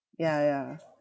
ya ya